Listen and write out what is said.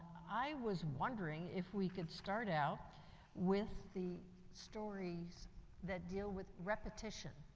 i was wondering if we could start out with the stories that deal with repetition.